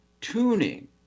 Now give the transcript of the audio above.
tuning